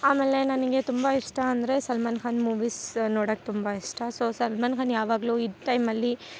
ಆಮೇಲೆ ನನಗೆ ತುಂಬ ಇಷ್ಟ ಅಂದರೆ ಸಲ್ಮಾನ್ಖಾನ್ ಮೂವಿಸ್ ನೋಡೊಕ್ ತುಂಬ ಇಷ್ಟ ಸೊ ಸಲ್ಮಾನ್ಖಾನ್ ಯಾವಾಗಲು ಈ ಟೈಮಲ್ಲಿ